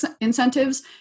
incentives